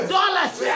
Dollars